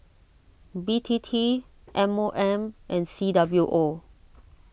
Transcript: B T T M O M and C W O